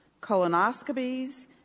colonoscopies